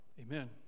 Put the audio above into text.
Amen